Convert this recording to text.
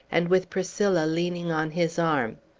and with priscilla leaning on his arm.